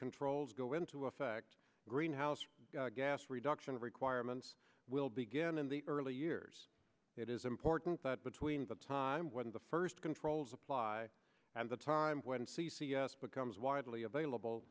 controls go into effect greenhouse gas reduction of requirements will begin in the early years it is important that between the time when the first controls apply and the time when c c s becomes widely available